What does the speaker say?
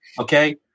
Okay